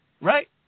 right